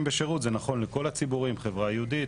בשירות זה נכון לכל הציבורים: החברה היהודית,